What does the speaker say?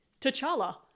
T'Challa